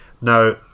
now